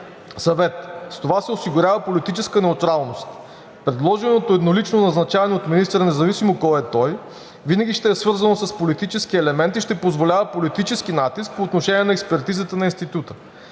съвет. С това се осигурява политическа неутралност. Предложеното еднолично назначаване от министъра, независимо кой е той, винаги ще е свързано с политически елементи и ще позволява политически натиск по отношение на експертизата на Института.